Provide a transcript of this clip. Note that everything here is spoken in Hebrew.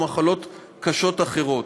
או מחלות קשות אחרות.